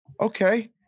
okay